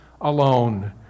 alone